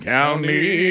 County